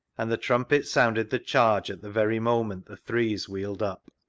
and the trumpet sounded the charge at the very moment the threes wheeled up.